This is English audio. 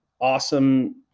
awesome